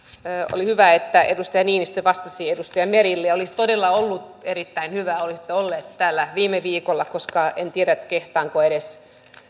oli hyvä että edustaja niinistö vastasi edustaja merelle olisi todella ollut erittäin hyvä että olisitte ollut täällä viime viikolla koska en tiedä kehtaanko edes kertoa